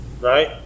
Right